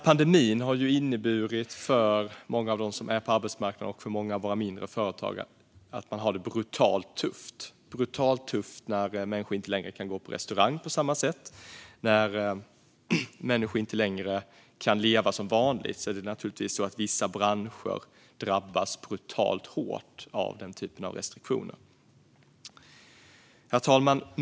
Pandemin har för många på arbetsmarknaden och för många av våra mindre företagare inneburit att man har det brutalt tufft. Det är brutalt tufft när människor inte längre kan gå på restaurang på samma sätt. När människor inte längre kan leva som vanligt drabbas naturligtvis vissa branscher hårt av den typen av restriktioner. Herr talman!